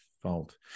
fault